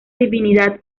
divinidad